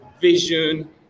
vision